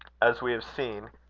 as we have seen,